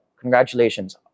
Congratulations